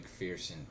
McPherson